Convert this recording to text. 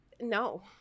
no